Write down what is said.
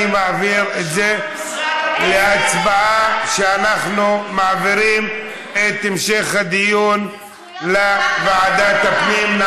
אני מעביר את זה להצבעה שאנחנו מעבירים את המשך הדיון לוועדת הפנים.